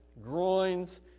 groins